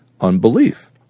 unbelief